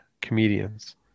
comedians